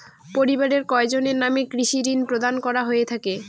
পরিবারের কয়জনের নামে কৃষি ঋণ প্রদান করা হয়ে থাকে?